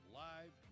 live